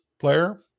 player